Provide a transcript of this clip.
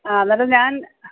ആ എന്നിട്ട് ഞാൻ